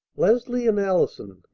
leslie and allison!